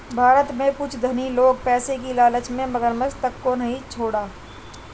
भारत में कुछ धनी लोग पैसे की लालच में मगरमच्छ तक को नहीं छोड़ा